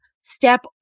step